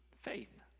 faith